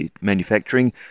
manufacturing